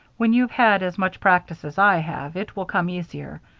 when you've had as much practice as i have, it will come easier.